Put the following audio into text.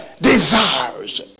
desires